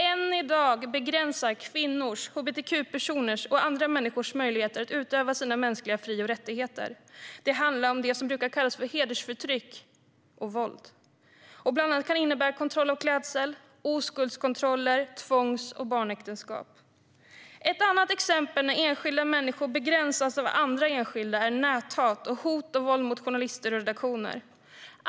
Än i dag begränsas kvinnors, hbtq-personers och andra människors möjligheter att utöva sina mänskliga fri och rättigheter. Det handlar om det som brukar kallas för hedersförtryck och hedersvåld och som bland annat kan innebära kontroll av klädsel, oskuldskontroller och tvångs och barnäktenskap. Ett annat exempel där enskilda människor begränsas av andra enskilda är näthat och hot och våld mot journalistredaktioner.